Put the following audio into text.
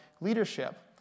leadership